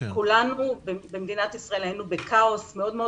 כולנו במדינת ישראל היינו בכאוס מאוד מאוד